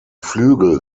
flügel